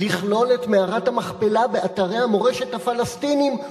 לכלול את מערת המכפלה באתרי המורשת הפלסטיניים,